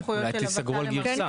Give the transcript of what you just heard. אולי תיסגרו על גירסה?